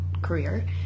career